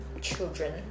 children